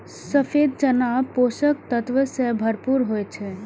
सफेद चना पोषक तत्व सं भरपूर होइ छै